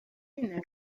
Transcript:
une